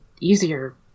easier